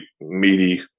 meaty